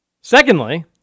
Secondly